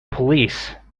police